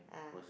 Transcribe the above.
ah